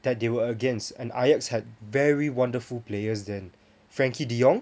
that they were against and ayax had very wonderful players then frenkie de jong